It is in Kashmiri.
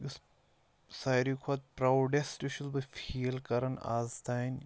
یُس ساروی کھۄتہٕ پرٛاوڈٮ۪سٹ چھُس بہٕ فیٖل کَران آز تام